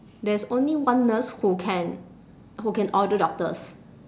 there is only one nurse who can who can order doctors